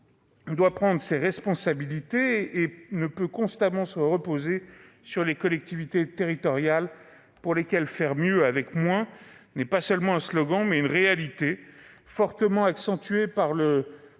doit prendre ses responsabilités et ne peut constamment se reposer sur les collectivités territoriales, pour lesquelles faire mieux avec moins n'est pas seulement un slogan, mais une réalité- fortement accentuée par le